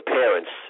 parents